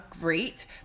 great